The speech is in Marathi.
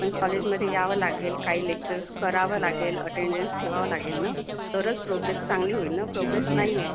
पण कॉलेजमध्ये यावं लागेल काही लेक्चर्स करावं लागेल अटेन्डन्स ठेवावं लागेल ना तरच प्रोग्रेस चांगली होईल ना प्रोग्रेस नाही आहे